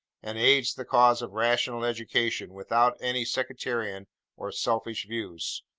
and aids the cause of rational education, without any sectarian or selfish views.